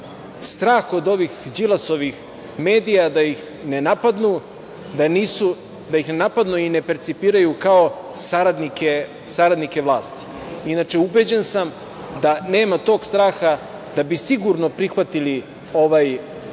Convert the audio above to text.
strah od ovih Đilasovih medija da ih ne napadnu i ne percipiraju kao saradnike vlasti. Inače, ubeđen sam da nema tog straha da bi sigurno prihvatili ovakav